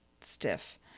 stiff